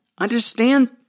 understand